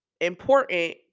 important